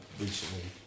recently